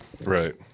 Right